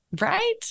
Right